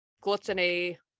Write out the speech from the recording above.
gluttony